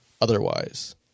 otherwise